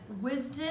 wisdom